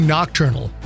Nocturnal